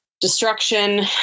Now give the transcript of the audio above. Destruction